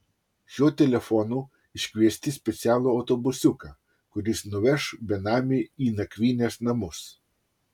šiuo telefonu iškviesti specialų autobusiuką kuris nuveš benamį į nakvynės namus